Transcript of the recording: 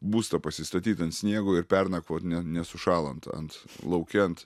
būstą pasistatyt ant sniego ir pernakvot ne nesušalant ant lauke ant